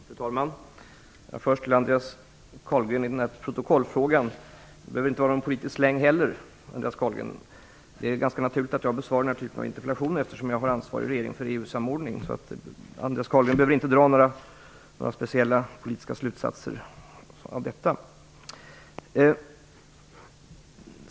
Fru talman! När det gäller protokollsfrågan vill jag säga till Andreas Carlgren att det inte behöver vara någon politisk släng heller. Det är ganska naturligt att jag besvarar den här typen av interpellationer eftersom jag har ansvaret för EU-samordningen i regeringen. Andreas Carlgren behöver inte dra några speciella politiska slutsatser av detta.